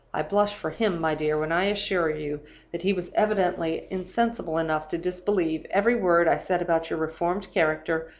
i blush for him, my dear, when i assure you that he was evidently insensible enough to disbelieve every word i said about your reformed character,